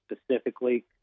specifically